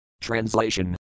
Translation